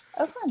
Okay